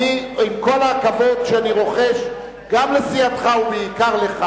עם כל הכבוד שאני רוחש גם לסיעתך ובעיקר לך,